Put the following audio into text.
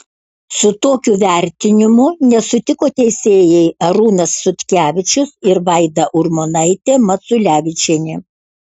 su tokiu vertinimu nesutiko teisėjai arūnas sutkevičius ir vaida urmonaitė maculevičienė